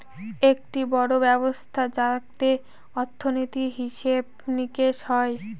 একটি বড়ো ব্যবস্থা যাতে অর্থনীতি, হিসেব নিকেশ হয়